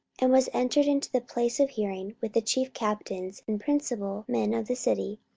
and was entered into the place of hearing, with the chief captains, and principal men of the city,